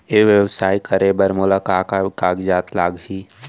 ई व्यवसाय करे बर मोला का का कागजात लागही?